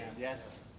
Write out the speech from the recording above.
Yes